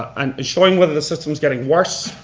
and showing whether the system's getting worse,